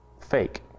fake